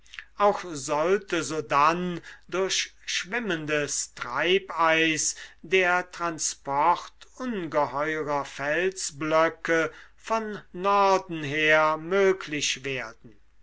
auch sollte sodann durch schwimmendes treibeis der transport ungeheurer felsblöcke von norden her möglich werden